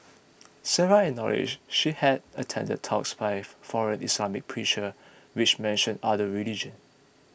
Sarah acknowledge she had attended talks by foreign Islamic preacher which mentioned other religion